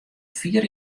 fier